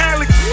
Alex